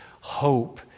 hope